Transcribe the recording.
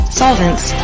solvents